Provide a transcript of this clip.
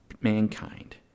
mankind